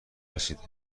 رسیده